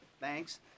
Thanks